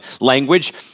language